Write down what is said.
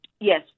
Yes